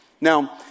Now